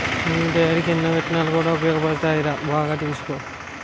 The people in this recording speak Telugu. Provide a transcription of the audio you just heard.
నూనె తయారికీ ఎన్నో విత్తనాలు కూడా ఉపయోగపడతాయిరా బాగా తెలుసుకో